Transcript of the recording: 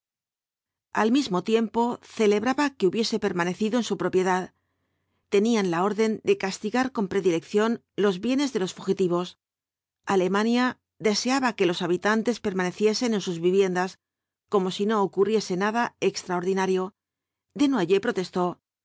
al mismo tiempo celebraba que hubiese permanecido en su propiedad tenían la orden de castigar con predilección los bienes de los fugitivos alemania deseaba que los habitantes permaneciesen en sus viviendas como si no ocurriese nada extraordinario desnoyers protestó